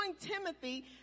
Timothy